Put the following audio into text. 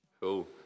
cool